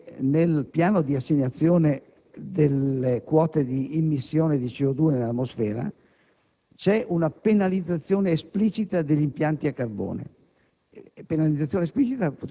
Segnalo che nel piano di assegnazione delle quote di immissione di CO2 nell'atmosfera c'è una penalizzazione esplicita degli impianti a carbone